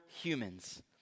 humans